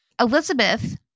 Elizabeth